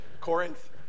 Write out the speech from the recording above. Corinth